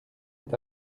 est